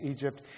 Egypt